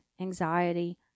anxiety